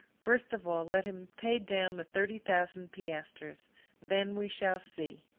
first of all, let him pay down the thirty thousand piastres then we shall see.